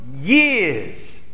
years